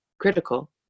critical